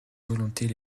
volontés